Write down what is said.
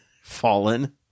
Fallen